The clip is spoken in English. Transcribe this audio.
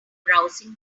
browsing